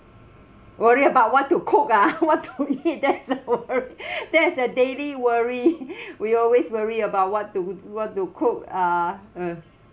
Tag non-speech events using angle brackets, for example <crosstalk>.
worry about what to cook ah <laughs> what to eat that's the worry <laughs> that is the daily worry <laughs> we always worry about what to what to cook uh uh